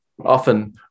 Often